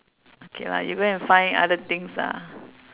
okay lah you go and find other things lah